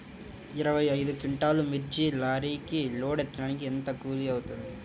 ఇరవై ఐదు క్వింటాల్లు మిర్చి లారీకి లోడ్ ఎత్తడానికి ఎంత కూలి అవుతుంది?